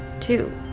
Two